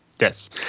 Yes